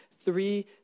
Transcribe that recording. Three